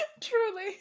Truly